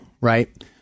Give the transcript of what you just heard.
right